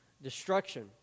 destruction